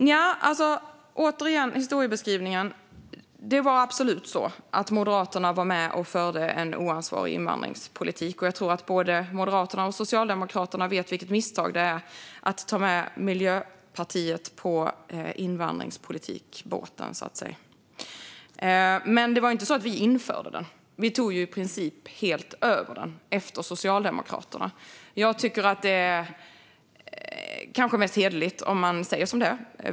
När det gäller historiebeskrivningen: Det var absolut så att Moderaterna var med och förde en oansvarig invandringspolitik. Jag tror att både Moderaterna och Socialdemokraterna vet vilket misstag det är att ta med Miljöpartiet i invandringspolitiksbåten. Men det var inte så att vi införde denna politik. Vi tog i princip helt över den efter Socialdemokraterna. Det blir mest hederligt om man säger som det är.